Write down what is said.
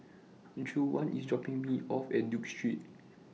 Juwan IS dropping Me off At Duke Street